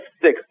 six